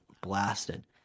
Blasted